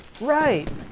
Right